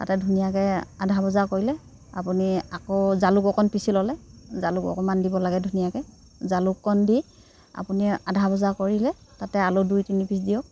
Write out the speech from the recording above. তাতে ধুনীয়াকৈ আধা ভজা কৰিলে আপুনি আকৌ জালুক অকণ পিচি ল'লে জালুক অকণমান দিব লাগে ধুনীয়াকৈ জালুককণ দি আপুনি আধা ভজা কৰিলে তাতে আলু দুই তিনি পিছ দিয়ক